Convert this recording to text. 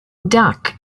duck